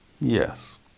yes